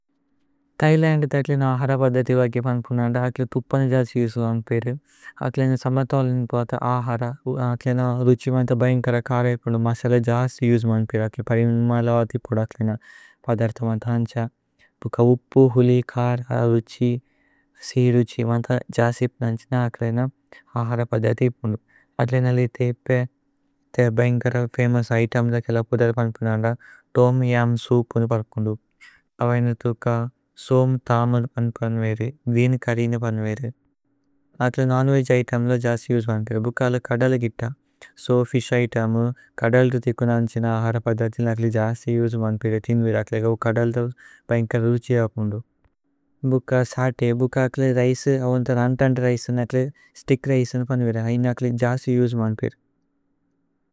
Thailand അഥിലേന ആഹര പദ്ധതി വാഗ്യ। പന്പുനന്ദ അഥിലേന തുപന ജസ് യുജ്മന് പേരു। അഥിലേന സമഥോലനി തുവത ആഹര ആഥിലേന। രുഛി മന്ത ബൈന്ഗ്കര കാര ഏപുന്ദു മസല। ജസ് യുജ്മന് പേരു അഥിലേന പരിമലവദി പോദ। അഥിലേന പദര്ഥ മന്ത അന്ഛ ഭുക ഉപ്പു ഹുലി। കാര രുഛി സിഹി രുഛി മന്ത ജസ് ഏപുനന് ഛേന। ആഥിലേന ആഹര പദ്ധതി ഏപുന്ദു അഥിലേന ലി। തേപേ തേ ബൈന്ഗ്കര ഫമോഉസ് ഇതേമ്സ് അകേല പുദര്। പന്പുനന്ദ തോമ് യമ് സോഉപ് ഏപുന്ദു പരുപുന്ദു। അഥിലേന തുക്ക സോമ് തമന് പന്പുനന്ദ ഗ്രീന്। ഛുര്ര്യ് ഏപുന്ദു അഥിലേന നോന് വേഗ് ഇതേമ്സ് ജസ് യുജ്മന്। പേരു ഭുക അല കദല ഗിത സോ ഫിശ് ഇതേമു കദല। തുകുന അന്ഛ ആഹര പദ്ധതി ജസ് യുജ്മന് പേരു। അഥിലേന ഗൌ കദല ബൈന്ഗ്കര രുഛി ഏപുന്ദു। ഭുക സാതേ ബുക അഥിലേന രന്തന്ദി രിചേ ഏപുന്ദു। സ്തിച്ക് രിചേ ഏപുന്ദു അഥിലേന ജസ് യുജ്മന് പേരു।